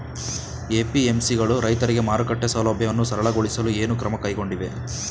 APMC ಗಳು ರೈತರಿಗೆ ಮಾರುಕಟ್ಟೆ ಸೌಲಭ್ಯವನ್ನು ಸರಳಗೊಳಿಸಲು ಏನು ಕ್ರಮ ಕೈಗೊಂಡಿವೆ?